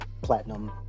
platinum